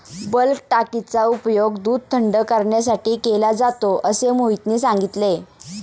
bulk टाकीचा उपयोग दूध थंड करण्यासाठी केला जातो असे मोहितने सांगितले